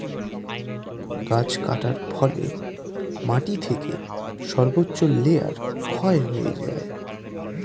গাছ কাটার ফলে মাটি থেকে সর্বোচ্চ লেয়ার ক্ষয় হয়ে যায়